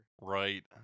Right